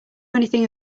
anything